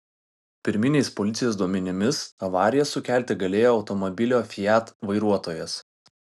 pirminiais policijos duomenimis avariją sukelti galėjo automobilio fiat vairuotojas